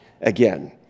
again